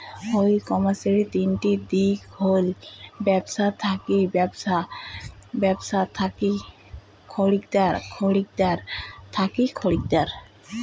ই কমার্সের তিনটি দিক হল ব্যবছা থাকি ব্যবছা, ব্যবছা থাকি খরিদ্দার, খরিদ্দার থাকি খরিদ্দার